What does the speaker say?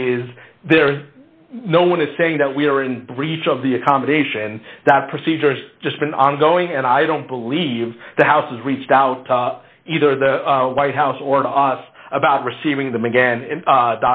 is there is no one is saying that we are in breach of the accommodation that procedures just been ongoing and i don't believe the house has reached out to either the white house or to us about receiving them again